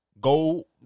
go